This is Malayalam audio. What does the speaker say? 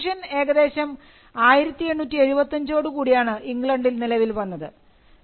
രജിസ്ട്രേഷൻ ഏകദേശം 1875 ഓടുകൂടിയാണ് ഇംഗ്ലണ്ടിൽ നിലവിൽ വന്നത്